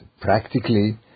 practically